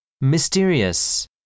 Mysterious